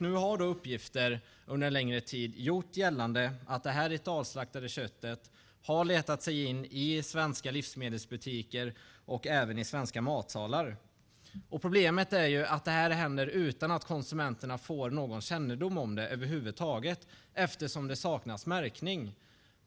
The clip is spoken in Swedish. Nu har uppgifter under en längre tid gjort gällande att det ritualslaktade köttet har letat sig in i svenska livsmedelsbutiker och även i svenska matsalar. Problemet är att det här händer utan att konsumenterna får någon kännedom om det över huvud taget eftersom det saknas märkning.